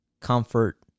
Comfort